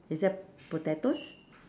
is that potatoes